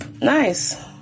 Nice